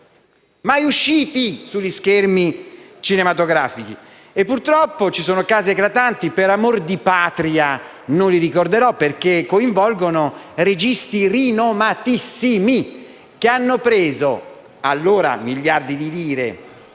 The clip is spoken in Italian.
mai usciti sugli schermi cinematografici. Purtroppo, ci sono casi eclatanti, che per amor di Patria non ricorderò, perché coinvolgono registi rinomatissimi, che hanno preso, allora, miliardi di lire